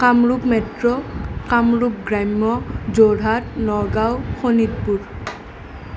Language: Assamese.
কামৰূপ মেত্ৰ কামৰূপ গ্ৰাম্য যোৰহাট নগাঁও শোণিতপুৰ